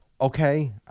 Okay